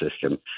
system